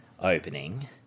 opening